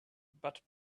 but